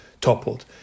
toppled